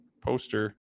poster